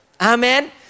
Amen